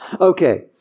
Okay